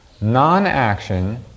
Non-action